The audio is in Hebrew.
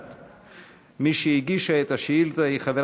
נכון,